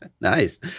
Nice